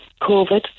COVID